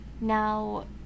now